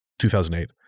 2008